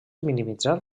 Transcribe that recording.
minimitzar